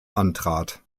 antrat